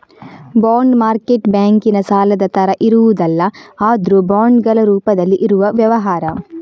bond market ಬ್ಯಾಂಕಿನ ಸಾಲದ ತರ ಇರುವುದಲ್ಲ ಆದ್ರೂ ಬಾಂಡುಗಳ ರೂಪದಲ್ಲಿ ಇರುವ ವ್ಯವಹಾರ